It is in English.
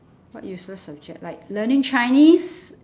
what useless subject like learning chinese